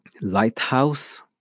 lighthouse